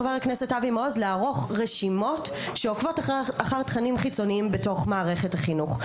לערוך רשימות שעוקבות אחר תכנים חיצוניים בתוך מערכת החינוך.